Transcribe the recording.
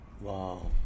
Wow